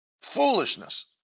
Foolishness